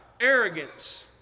Arrogance